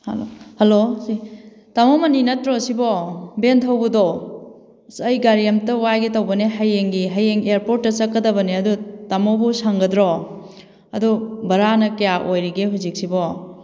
hello hello ꯁꯤ ꯇꯥꯃꯣ ꯃꯅꯤ ꯅꯠꯇ꯭ꯔꯣ ꯁꯤꯕꯣ ꯚꯦꯟ ꯊꯧꯕꯗꯣ ꯑꯁ ꯑꯩ ꯒꯥꯔꯤ ꯑꯝꯇ ꯋꯥꯏꯒꯦ ꯇꯧꯕꯅꯦ ꯍꯌꯦꯡꯒꯤ ꯍꯌꯦꯡ ꯏꯌꯥꯔꯄꯣꯔꯠꯇ ꯆꯠꯀꯗꯕꯅꯦ ꯑꯗꯨ ꯇꯥꯃꯣꯕꯨ ꯁꯪꯒꯗ꯭ꯔꯣ ꯑꯗꯣ ꯕꯔꯥꯅ ꯀꯌꯥ ꯑꯣꯏꯔꯤꯒꯦ ꯍꯧꯖꯤꯛꯁꯤꯕꯣ